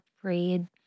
afraid